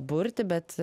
burti bet